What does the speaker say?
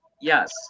Yes